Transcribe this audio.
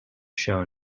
show